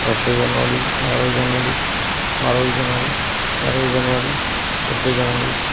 দশই জানুয়ারি এগারোই জানুয়ারি বারোই জানুয়ারি তেরোই জানুয়ারি চোদ্দোই জানুয়ারি